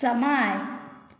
समय